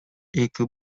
эки